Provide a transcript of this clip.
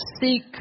seek